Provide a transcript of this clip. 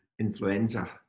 influenza